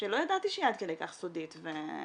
שלא ידעתי שהיא עד כדי כך סודית ומוגנת.